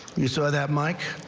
you saw that mike.